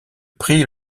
prix